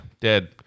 dead